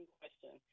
question